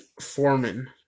Foreman